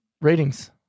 ratings